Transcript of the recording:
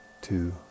two